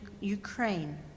Ukraine